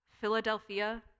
Philadelphia